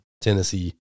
Tennessee